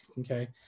Okay